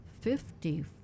fifty